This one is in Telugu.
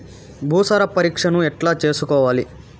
భూసార పరీక్షను ఎట్లా చేసుకోవాలి?